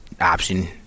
option